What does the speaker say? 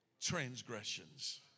transgressions